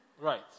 Right